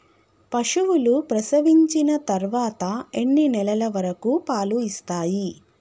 పశువులు ప్రసవించిన తర్వాత ఎన్ని నెలల వరకు పాలు ఇస్తాయి?